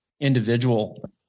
individual